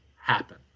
happen